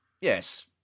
Yes